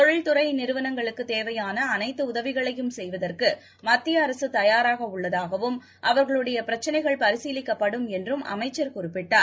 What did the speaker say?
தொழில்துறைநிறுவனங்களுக்குத் தேவையானஅனைத்துஉதவிகளையும் செய்வதற்குமத்தியஅரசுதயாராகஉள்ளதாகவும் அவர்களுடையபிரச்சினைகள் பரிசீலிக்கப்படும் என்றம் அமைச்சர் குறிப்பிட்டார்